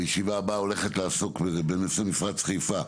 הישיבה הבאה הולכת לעסוק בנושא מפרץ חיפה.